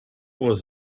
was